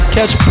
Catch